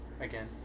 Again